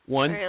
one